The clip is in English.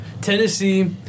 Tennessee